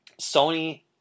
Sony